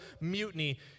mutiny